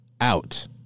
out